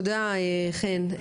תודה חן.